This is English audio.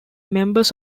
members